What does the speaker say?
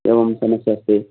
एवं समस्या अस्ति